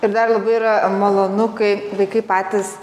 ir dar labai yra malonu kai vaikai patys